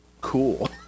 cool